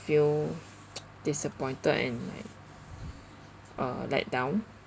feel disappointed and like uh let down